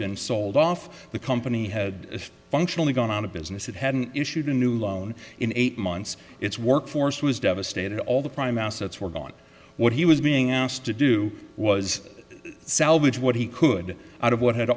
been sold off the company had functionally gone out of business it hadn't issued a new loan in eight months its workforce was devastated all the prime assets were gone what he was being asked to do was salvage what he could out of what had